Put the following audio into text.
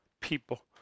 people